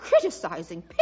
criticizing